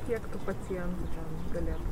kiek tų pacientų ten galėtų